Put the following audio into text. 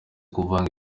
kuvanga